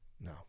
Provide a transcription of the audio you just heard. no